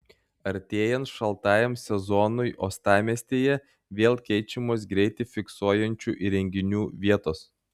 artėjant šaltajam sezonui uostamiestyje vėl keičiamos greitį fiksuojančių įrenginių vietos